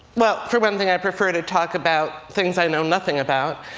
well for one thing, i prefer to talk about things i know nothing about.